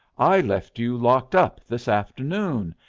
i left you locked up this afternoon,